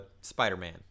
Spider-Man